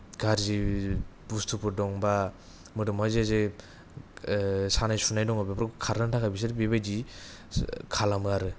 गारजि बुस्तुफोर दंबा मोदोमावहाय जे जे सानाय सुनाय दङ बेफोरखौ खारहोनो थाखाय बिसोरो बेबायदि खालामो आरो